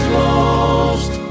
lost